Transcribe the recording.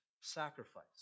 sacrifice